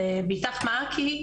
אז באית"ך-מעכי,